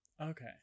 Okay